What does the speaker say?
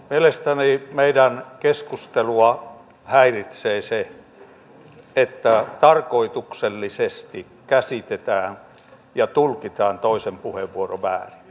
täällä on puhuttu tänään paljon tästä kotouttamisesta ja se liittyy tähän sisäministeriön alueeseen